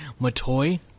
Matoy